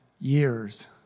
years